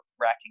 racking